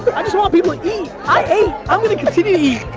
i just want people to eat. i ate, i'm gonna continue to eat.